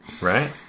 right